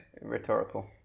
rhetorical